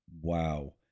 Wow